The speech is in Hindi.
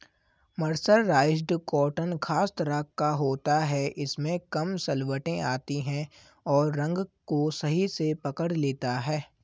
मर्सराइज्ड कॉटन खास तरह का होता है इसमें कम सलवटें आती हैं और रंग को सही से पकड़ लेता है